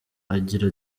agira